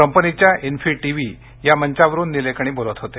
कंपनीच्या Infy TV या मंचावरुन निलेकणी बोलत होते